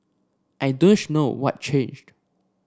I know what changed